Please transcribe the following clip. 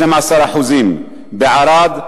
12%; בערד,